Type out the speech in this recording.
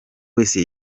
wese